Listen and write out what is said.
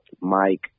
Mike